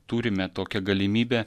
turime tokią galimybę